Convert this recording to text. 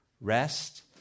rest